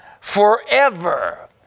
forever